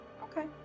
Okay